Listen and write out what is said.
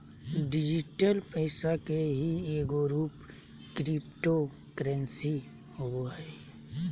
digital पैसा के ही एगो रूप क्रिप्टो करेंसी होवो हइ